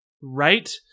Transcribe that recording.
Right